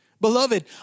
Beloved